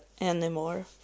anymore